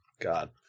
God